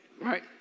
right